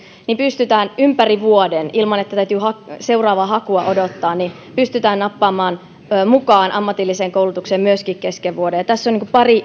niin pystytään ympäri vuoden ilman että täytyy seuraavaa hakua odottaa nappaamaan hänet mukaan ammatilliseen koulutukseen myöskin kesken vuoden tässä on pari